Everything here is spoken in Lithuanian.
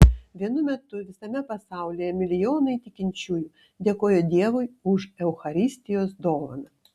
vienu metu visame pasaulyje milijonai tikinčiųjų dėkojo dievui už eucharistijos dovaną